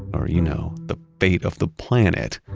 or you know, the fate of the planet,